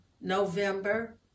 November